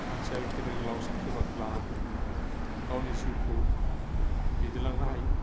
मानसिया गेदेर गोलाउ साख्रि बाख्रि लानानै गावनि जिउखौ दैदेनलांनो हायो